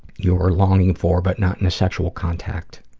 you're longing for, but not in a sexual contact,